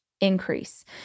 increase